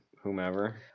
Whomever